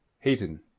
hayton,